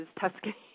Tuscany